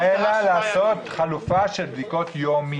לעשות חלופה של בדיקה יומיות.